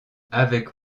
avec